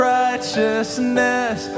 righteousness